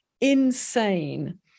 insane